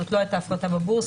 זאת לא הייתה הפרטה בבורסה,